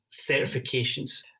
certifications